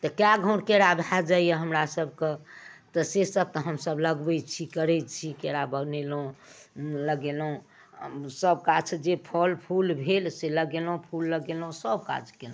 तऽ कएक घौर केरा भऽ जाइए हमरासभके तऽ सेसब तऽ हमसभ लगबै छी करै छी केरा बनेलहुँ लगेलहुँ हमसभ गाछ जे फल फूल भेल से लगेलहुँ फूल लगेलहुँ सबकाज कएलहुँ